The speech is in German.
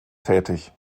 tätig